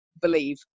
believe